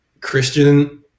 Christian